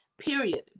period